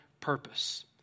purpose